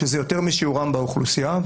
שזה יותר משיעורם באוכלוסייה.